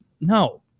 no